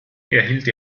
erhielt